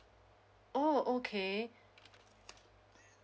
oh okay